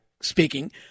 speaking